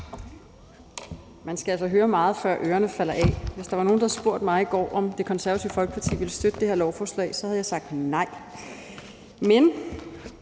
Man skal altså høre meget, før ørerne falder af. Hvis der var nogen, der i går havde spurgt mig, om Det Konservative Folkeparti ville støtte det her lovforslag, så havde jeg sagt: Nej!